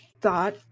thought